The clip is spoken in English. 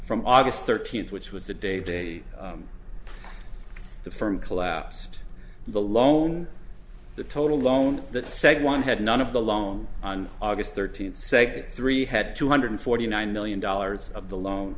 from august thirteenth which was the day the firm collapsed the loan the total loan that said one had none of the loan on august thirteenth say three had two hundred forty nine million dollars of the loan